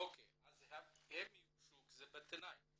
אז הם יוגשו, זה בתנאי.